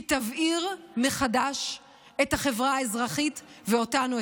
היא תבעיר מחדש את החברה האזרחית ואותנו,